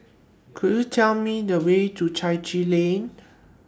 Could YOU Tell Me The Way to Chai Chee Lane